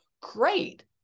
Great